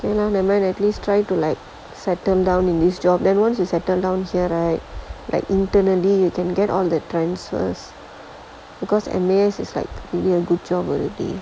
okay lah never mind at least try to like settle down in this job then once to settle down here right like internally you can get on the times first because in the end is a good job already